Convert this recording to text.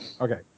okay